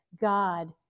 God